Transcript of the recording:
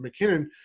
McKinnon